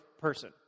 person